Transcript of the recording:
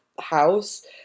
house